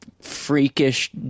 freakish